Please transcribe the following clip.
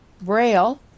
braille